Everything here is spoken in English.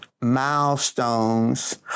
milestones